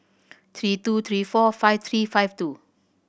three two three four five three five two